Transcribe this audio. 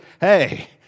hey